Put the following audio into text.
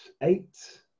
eight